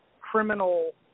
criminal